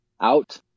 out